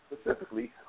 specifically